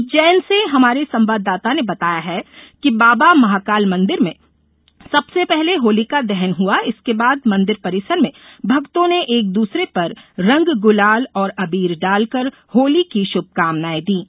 उज्जैन से हमारे संवाददाता ने बताया है कि बाबा महाकाल मंदिर में सबसे पहले होलिका दहन हुआ इसके बाद मंदिर परिसर में भक्तों ने एक दूसरे पर रंग गुलाल और अबीर डालकर होली की शुभकामनाएं दीं